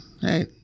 hey